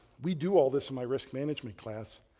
we do all this in my risk management class,